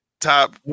top